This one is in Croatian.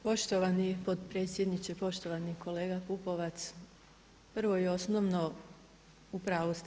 Poštovani potpredsjedniče, poštovani kolega Pupovac prvo i osnovno u pravu ste.